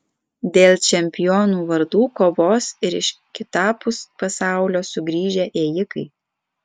dėl čempionų vardų kovos ir iš kitapus pasaulio sugrįžę ėjikai